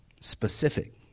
specific